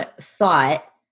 thought